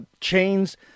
chains